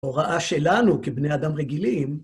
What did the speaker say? הוראה שלנו כבני אדם רגילים